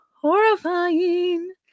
horrifying